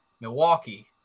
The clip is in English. Milwaukee